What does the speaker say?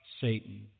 Satan